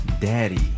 Daddy